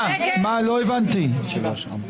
הצבעה לא אושרו.